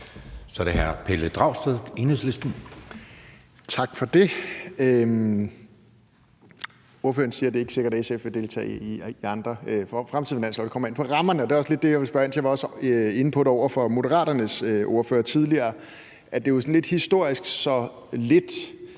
Kl. 10:42 Pelle Dragsted (EL): Tak for det. Ordføreren siger, at det ikke er sikkert, at SF vil deltage i andre fremtidige finanslove, og at det kommer an på rammerne. Og det er også lidt det, jeg vil spørge ind til, og jeg var også inde på det over for Moderaternes ordfører tidligere. Altså, det er jo sådan lidt historisk, hvor lidt